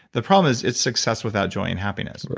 the problem is its success without joy and happiness.